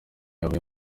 yavuye